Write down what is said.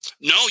No